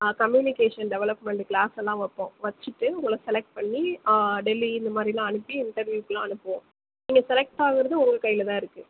communication development க்ளாஸெல்லாம் வைப்போம் வச்சுட்டு உங்களை செலக்ட் பண்ணி டெல்லி இந்த மாதிரிலாம் அனுப்பி இன்டர்வ்யூக்கெலாம் அனுப்புவோம் நீங்கள் செலக்ட் ஆகிறது உங்க கையில் தான் இருக்குது